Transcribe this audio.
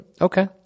Okay